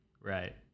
Right